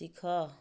ଶିଖ